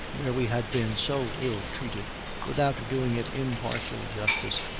where we had been so ill-treated, without doing it impartial justice,